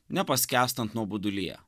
nepaskęstant nuobodulyje